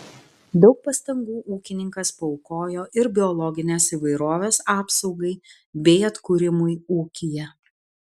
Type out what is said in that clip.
daug pastangų ūkininkas paaukojo ir biologinės įvairovės apsaugai bei atkūrimui ūkyje